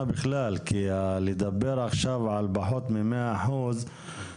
כי לדבר עכשיו על פחות מ-100 אחוזים,